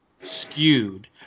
skewed